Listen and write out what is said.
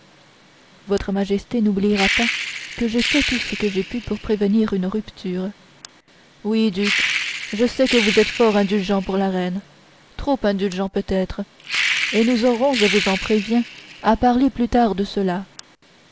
votre majesté n'oubliera pas que j'ai fait tout ce que j'ai pu pour prévenir une rupture oui duc je sais que vous êtes fort indulgent pour la reine trop indulgent peut-être et nous aurons je vous en préviens à parler plus tard de cela